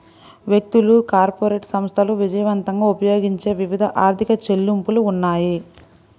వ్యక్తులు, కార్పొరేట్ సంస్థలు విజయవంతంగా ఉపయోగించే వివిధ ఆర్థిక చెల్లింపులు ఉన్నాయి